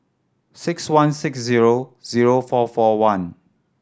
six one six zero zero four four one